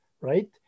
right